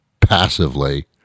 passively